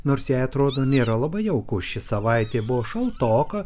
nors jai atrodo nėra labai jauku ši savaitė buvo šaltoka